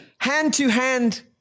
hand-to-hand